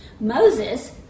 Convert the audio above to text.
Moses